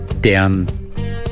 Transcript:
down